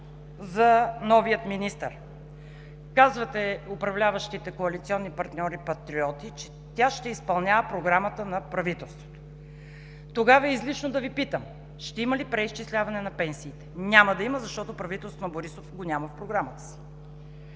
за новия министър. Казвате – управляващите коалиционни партньори Патриоти, че тя ще изпълнява Програмата на правителството. Тогава е излишно да Ви питам: ще има ли преизчисляване на пенсиите? Няма да има, защото правителството на Борисов го няма в Програмата си.